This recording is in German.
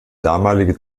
damalige